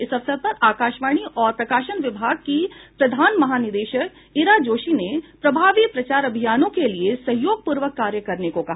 इस अवसर पर आकाशवाणी और प्रकाशन विभाग की प्रधान महानिदेशक ईरा जोशी ने प्रभावी प्रचार अभियानों के लिए सहयोगपूर्वक कार्य करने को कहा